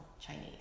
Chinese